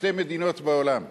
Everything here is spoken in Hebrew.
שתי מדינות בעולם,